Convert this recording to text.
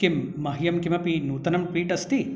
किं मह्यं किमपि नूतनं ट्वीट् अस्ति